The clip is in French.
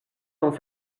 dans